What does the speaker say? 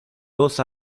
dos